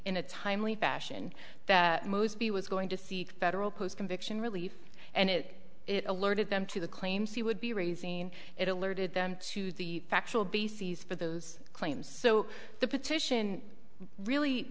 in a timely fashion that b was going to see federal post conviction relief and it it alerted them to the claims he would be raising it alerted them to the factual bases for those claims so the petition really